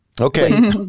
Okay